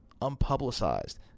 unpublicized